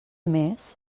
mes